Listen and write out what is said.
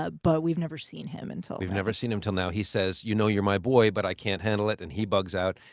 ah but we've never seen him until now. we've never seen him until now. he says, you know, you're my boy, but i can't handle it, and he bugs out.